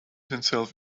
himself